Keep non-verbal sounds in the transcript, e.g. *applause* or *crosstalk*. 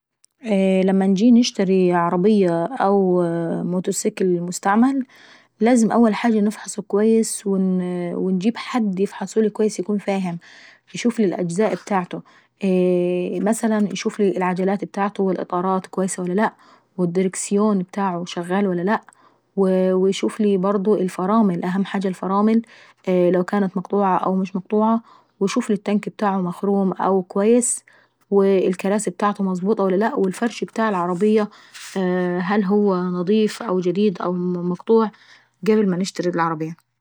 *hesitation* لما نجي نشتري عربية او موتوسكل مستعمل لازم اول حاجة نفصحه او اكويس او انجيب حد يفحصه ويكون فاهم ويشوفلي الأجزاء ابتاعته، مثلا ايشوفلي الإطارات والعجلات ابتاعته كويسة ولا لاء، والدركسيون ابتاعته شغالة ولا لاء. ويشوفلي برضه الفرامل، الفرامل أهم حاجة لو كانت مقطوعة او مش مقطوعة، ويشوفلي التانك ابتاع كاويس، والكراسي ويشوفلي الفرش ابتاع العربية هل هو جديد او قديم او قديم قبل ما نشتري العربية.